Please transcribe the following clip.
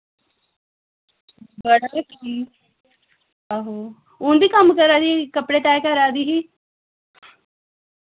आहो हून बी कम्म करा दी कपड़े तैऽ करा दी ही